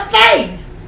face